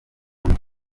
rundi